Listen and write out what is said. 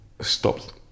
stopped